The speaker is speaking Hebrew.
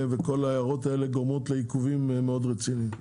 וכל ההערות האלה גורמות לעיכובים מאוד רציניים.